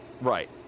Right